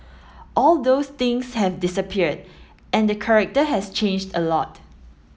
all those things have disappeared and the character has changed a lot